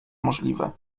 możliwe